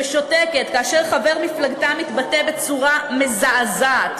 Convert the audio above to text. ושותקת כאשר חבר מפלגתה מתבטא בצורה מזעזעת,